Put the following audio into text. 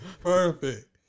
perfect